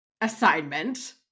assignment